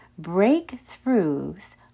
Breakthroughs